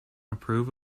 approve